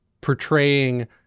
portraying